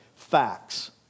facts